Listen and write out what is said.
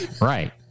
Right